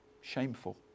Shameful